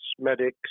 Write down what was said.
medics